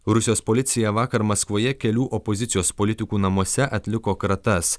rusijos policija vakar maskvoje kelių opozicijos politikų namuose atliko kratas